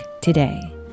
today